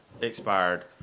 expired